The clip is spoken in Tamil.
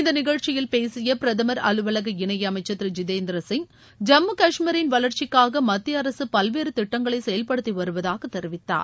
இந்த நிகழ்ச்சியில் பேசிய பிரதமர் அலுவலக இணையமைச்சர் திரு ஜிதேந்திர சிங் ஜம்மு காஷ்மீரின் வளர்ச்சிக்காக மத்திய அரசு பல்வேறு திட்டங்களை செயல்படுத்தி வருவதாக தெரிவித்தார்